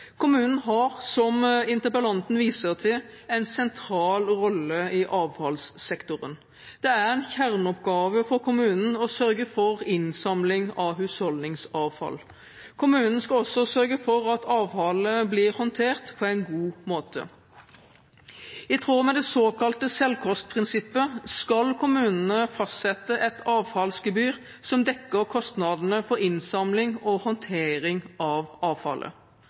Kommunen har, som interpellanten viser til, en sentral rolle i avfallssektoren. Det er en kjerneoppgave for kommunen å sørge for innsamling av husholdningsavfall. Kommunen skal også sørge for at avfallet blir håndtert på en god måte. I tråd med det såkalte selvkostprinsippet skal kommunene fastsette et avfallsgebyr som dekker kostnadene for innsamling og håndtering av avfallet.